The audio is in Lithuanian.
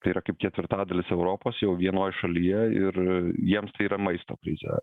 tai yra kaip ketvirtadalis europos jau vienoj šalyje ir jiems tai yra maisto krizė